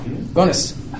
Bonus